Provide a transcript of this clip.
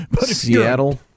Seattle